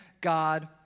God